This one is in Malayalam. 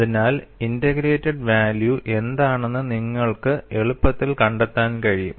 അതിനാൽ ഇന്റഗ്രേറ്റഡ് വാല്യൂ എന്താണെന്ന് നിങ്ങൾക്ക് എളുപ്പത്തിൽ കണ്ടെത്താൻ കഴിയും